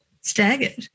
staggered